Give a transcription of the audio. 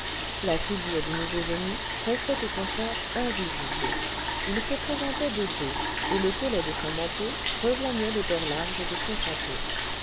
la figure du nouveau venu restait au contraire invisible il se présentait de dos et le collet de son manteau rejoignait les bords larges de son chapeau